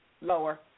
lower